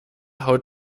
haut